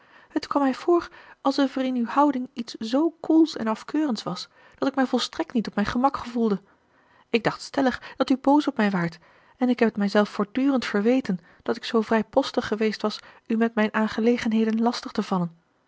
het kwam mij voor alsof er in uw houding iets zoo koels en afkeurends was dat ik mij volstrekt niet op mijn gemak gevoelde ik dacht stellig dat u boos op mij waart en ik heb het mijzelf voortdurend verweten dat ik zoo vrijpostig geweest was u met mijn aangelegenheden lastig te vallen